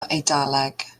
eidaleg